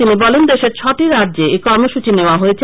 তিনি বলেন দেশের ছ্য়টি রাজ্যে এই কর্মসূচি নেওয়া হয়েছে